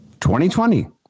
2020